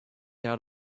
out